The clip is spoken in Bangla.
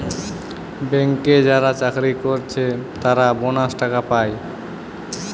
ব্যাংকে যারা চাকরি কোরছে তারা বোনাস টাকা পায়